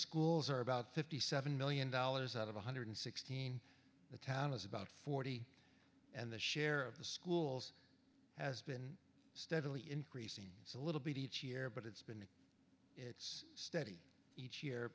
schools are about fifty seven million dollars out of one hundred sixteen the town is about forty and the share of the schools has been steadily increasing it's a little bit each year but it's been it's steady each year